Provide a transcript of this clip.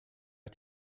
hat